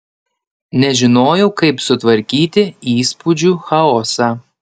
nežinojau kaip sutvarkyti įspūdžių chaosą